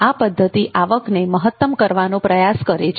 આ પદ્ધતિ આવકને મહત્તમ કરવાનો પ્રયાસ છે